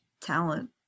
talent